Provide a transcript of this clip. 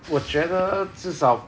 我觉得至少